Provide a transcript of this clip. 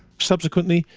subsequently,